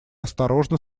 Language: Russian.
осторожно